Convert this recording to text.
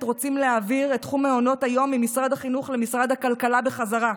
רוצים להעביר את תחום מעונות היום ממשרד החינוך למשרד הכלכלה בחזרה.